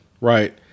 right